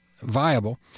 viable